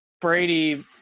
Brady